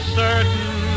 certain